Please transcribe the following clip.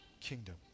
kingdom